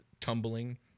tumbling